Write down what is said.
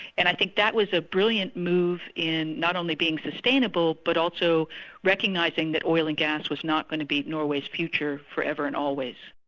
and i think that was a brilliant move in not only being sustainable, but also recognising that oil and gas was not going to be norway's future forever and always.